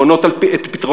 המונעות את פתרונן,